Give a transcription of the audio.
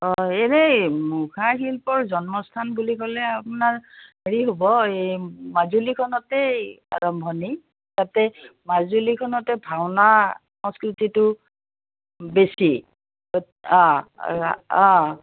অঁ এনেই মুখা শিল্পৰ জন্মস্থান বুলি ক'লে আপোনাৰ হেৰি হ'ব এই মাজুলীখনতেই আৰম্ভণি তাতে মাজুলীখনতে ভাওনা সংস্কৃতিটো বেছি তাৰপিছত অঁ অঁ